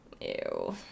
Ew